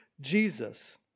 Jesus